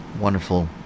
wonderful